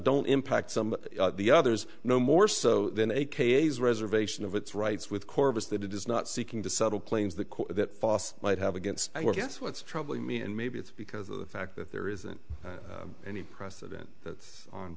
don't impact some of the others no more so than aka's reservation of its rights with corvus that it is not seeking to settle claims that that foss might have against i guess what's troubling me and maybe it's because of the fact that there isn't any precedent that's on